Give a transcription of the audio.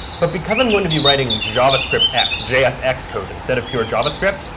but because i'm going to be writing javascript x, jsx code instead of pure javascript,